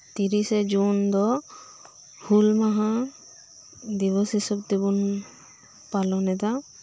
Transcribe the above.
ᱛᱤᱨᱤᱥᱮ ᱡᱩᱱ ᱫᱚ ᱦᱩᱞ ᱢᱟᱦᱟ ᱫᱤᱵᱚᱥ ᱦᱤᱥᱟᱹᱵᱽ ᱛᱮᱵᱚᱱ ᱯᱟᱞᱚᱱ ᱮᱫᱟ